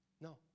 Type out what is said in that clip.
No